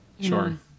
Sure